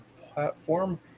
platform